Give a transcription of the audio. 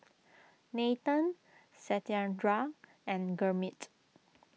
Nathan Satyendra and Gurmeet